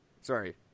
Sorry